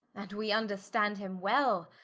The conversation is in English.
and we vnderstand him well,